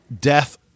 death